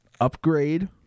Upgrade